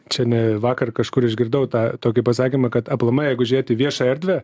čia ne vakar kažkur išgirdau tą tokį pasakymą kad aplamai jeigu žiūrėti viešąją erdvę